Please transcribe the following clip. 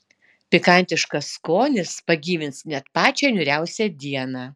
pikantiškas skonis pagyvins net pačią niūriausią dieną